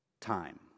Time